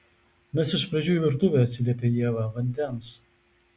mes iš pradžių į virtuvę atsiliepia ieva vandens